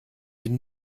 den